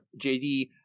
JD